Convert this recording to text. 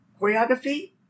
choreography